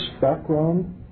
background